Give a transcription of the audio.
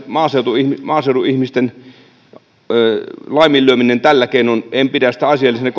maaseudun ihmisten maaseudun ihmisten laiminlyömistä tällä keinoin en pidä asiallisena